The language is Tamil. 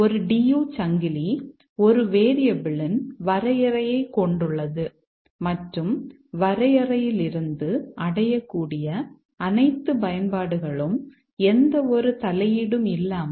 ஒரு DU சங்கிலி ஒரு வேரியபிள் யின் வரையறையைக் கொண்டுள்ளது மற்றும் வரையறையிலிருந்து அடையக்கூடிய அனைத்து பயன்பாடுகளும் எந்தவொரு தலையீடும் இல்லாமல் உள்ளன